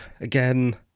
again